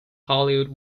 hollywood